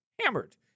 Hammered